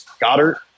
Goddard